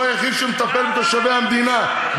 הוא היחיד שמטפל בתושבי המדינה.